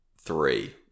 three